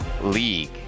League